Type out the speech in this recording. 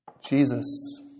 Jesus